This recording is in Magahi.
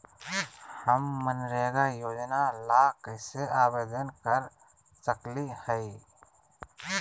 हम मनरेगा योजना ला कैसे आवेदन कर सकली हई?